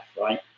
right